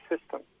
system